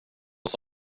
oss